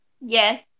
Yes